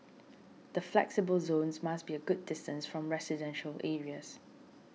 the flexible zones must be a good distance from residential areas